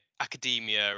academia